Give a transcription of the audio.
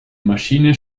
maschine